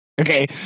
Okay